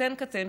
קטן קטן,